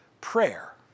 prayer